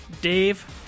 Dave